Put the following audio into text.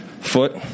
Foot